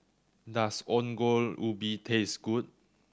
does Ongol Ubi taste good